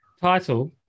Title